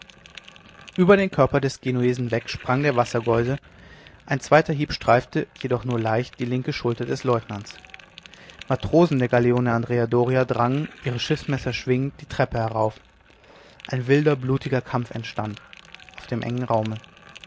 über den körper des genuesen weg sprang der wassergeuse ein zweiter hieb streifte jedoch nur leicht die linke schulter des leutnants matrosen der galeone andrea doria drangen ihre schiffsmesser schwingend die treppe herauf ein wilder blutiger kampf entstand auf dem engen raum